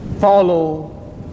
follow